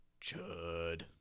Chud